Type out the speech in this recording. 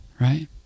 right